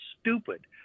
stupid